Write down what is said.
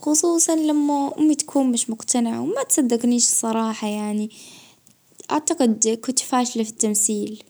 خاصة وجت الإمتحانات.